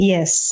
Yes